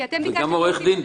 גם אתה עורך דין?